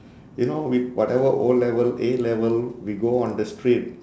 you know with whatever O level A level we go on the street